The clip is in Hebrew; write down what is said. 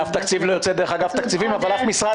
אף תקציב לא יוצא דרך אגף תקציבים אבל אף משרד